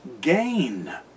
gain